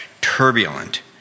turbulent